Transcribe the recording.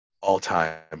all-time